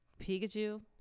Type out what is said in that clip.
Pikachu